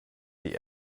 die